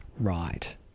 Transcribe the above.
right